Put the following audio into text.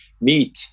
meet